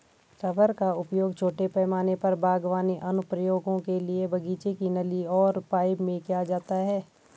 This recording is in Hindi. रबर का उपयोग छोटे पैमाने पर बागवानी अनुप्रयोगों के लिए बगीचे की नली और पाइप में किया जाता है